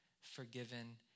forgiven